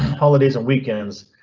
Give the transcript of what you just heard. holidays, and weekends,